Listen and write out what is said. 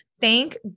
Thank